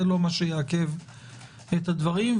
זה לא מה שיעכב את הדברים.